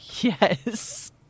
Yes